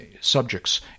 subjects